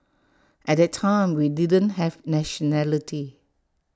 at that time we didn't have nationality